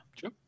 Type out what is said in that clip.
sure